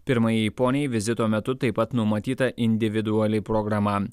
pirmajai poniai vizito metu taip pat numatyta individuali programa